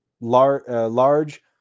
large